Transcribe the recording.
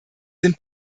sind